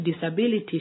disabilities